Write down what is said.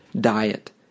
diet